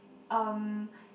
um